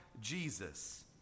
Jesus